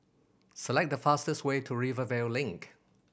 select the fastest way to Rivervale Link